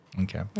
Okay